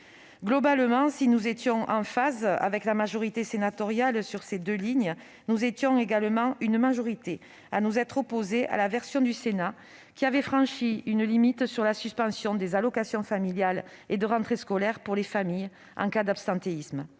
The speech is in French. Globalement, si nous étions en phase avec la majorité sénatoriale sur ces deux lignes, nous étions également une majorité à nous être opposés à la version du Sénat, qui avait franchi une limite en envisageant la suspension des allocations familiales et de rentrée scolaire pour les familles en cas d'absentéisme.